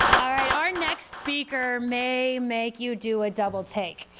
all right, our next speaker may make you do a double take.